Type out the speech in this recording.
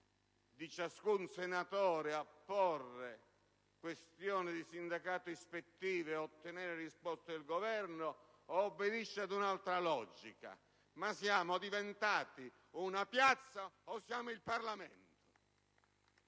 di ciascun senatore a porre questioni di sindacato ispettivo e ottenere risposte dal Governo o se obbedisce a un'altra logica. Ma siamo diventati una piazza o siamo sempre il Parlamento?